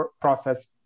process